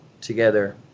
together